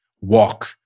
Walk